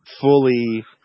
fully